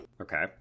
Okay